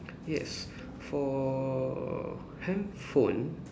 yes for handphone